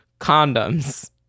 Condoms